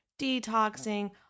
detoxing